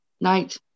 Night